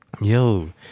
yo